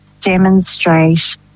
demonstrate